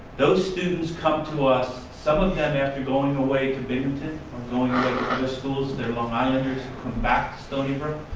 those students come to us, some of them after going away to binghamton or going away ah to other schools, they're long ah come back to stony brook.